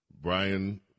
Brian